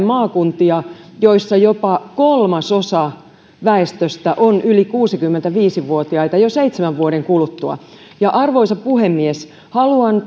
maakuntia joissa jopa kolmasosa väestöstä on yli kuusikymmentäviisi vuotiaita jo seitsemän vuoden kuluttua arvoisa puhemies haluan